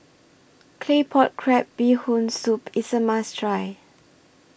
Claypot Crab Bee Hoon Soup IS A must Try